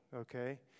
Okay